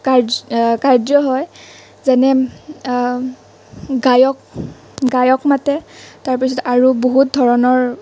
কাৰ্য কাৰ্য হয় যেনে গায়ক গায়ক মাতে তাৰ পিছত আৰু বহুত ধৰণৰ